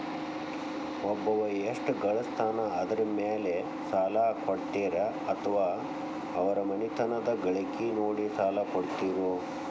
ಒಬ್ಬವ ಎಷ್ಟ ಗಳಿಸ್ತಾನ ಅದರ ಮೇಲೆ ಸಾಲ ಕೊಡ್ತೇರಿ ಅಥವಾ ಅವರ ಮನಿತನದ ಗಳಿಕಿ ನೋಡಿ ಸಾಲ ಕೊಡ್ತಿರೋ?